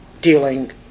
dealing